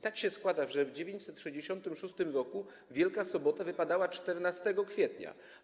Tak się składa, że w 966 r. Wielka Sobota wypadała 14 kwietnia.